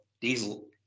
diesel